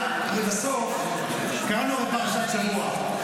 בסוף הרי קראנו פרשת השבוע,